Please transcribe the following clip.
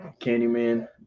Candyman